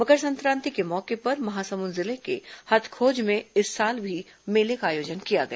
मकर संक्रांति के मौके पर महासमुंद जिले के हथखोज में इस साल भी मेले का आयोजन किया गया